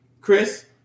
Chris